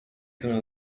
gonna